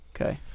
Okay